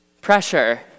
Pressure